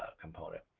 component.